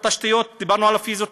התשתיות, דיברנו על הפיזיות.